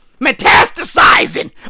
Metastasizing